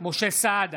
משה סעדה,